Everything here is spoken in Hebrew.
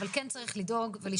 אבל כן צריך לדאוג ולשמור,